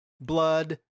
blood